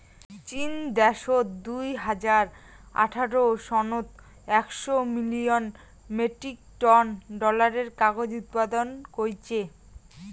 চীন দ্যাশত দুই হাজার আঠারো সনত একশ মিলিয়ন মেট্রিক টন ডলারের কাগজ উৎপাদন কইচ্চে